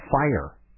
fire